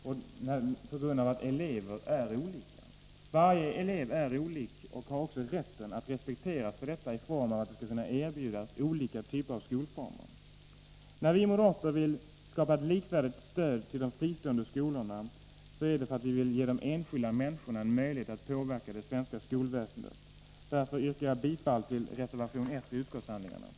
Det beror på att eleverna är olika. Varje elev är unik och har rätt att respekteras för detta genom att bli erbjuden olika typer av skolformer. När vi moderater vill skapa ett likvärdigt stöd till de fristående skolorna är anledningen att vi vill ge de enskilda människorna en möjlighet att påverka det svenska skolväsendet. Därför yrkar jag bifall till till reservation 1.